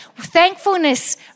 thankfulness